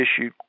issue